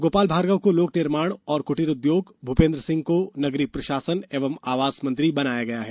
गोपाल भार्गव को लोक निर्माण और कुटीर ँ उद्योग भूपेंद्र सिंह को नगरीय प्रशासन एवं आवास मंत्री बनाया गया है